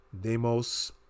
Demos